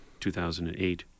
2008